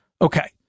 Okay